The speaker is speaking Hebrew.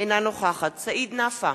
אינה נוכחת סעיד נפאע,